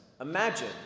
imagine